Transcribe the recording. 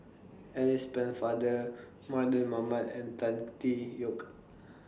Alice Pennefather Mardan Mamat and Tan Tee Yoke